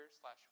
slash